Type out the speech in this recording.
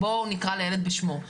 בואו נקרא לילד בשמו.